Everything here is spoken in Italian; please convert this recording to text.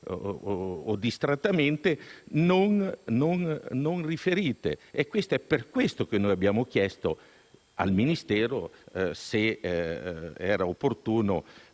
o distrattamente non riferite. È per questo che abbiamo chiesto al Ministero se era opportuno